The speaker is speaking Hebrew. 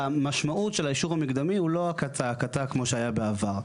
המשמעות של האישור המקדמי הוא לא כצעקתה כמו שהיה בעבר.